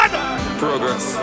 Progress